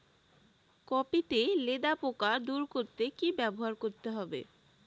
Copy তে লেদা পোকা দূর করতে কি ব্যবহার করতে হবে?